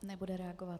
Nebude reagovat.